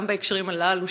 גם בהקשרים הללו,